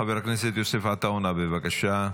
חבר הכנסת יוסף עטאונה, בבקשה.